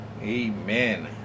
amen